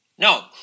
No